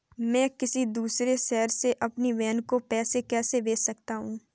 मैं किसी दूसरे शहर से अपनी बहन को पैसे कैसे भेज सकता हूँ?